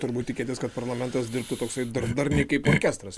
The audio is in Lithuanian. turbūt tikėtis kad parlamentas dirbtų toksai darniai kaip orkestras